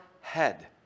head